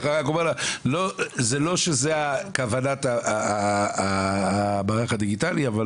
זה לא שזו כוונת המערך הדיגיטלי אבל